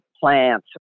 plants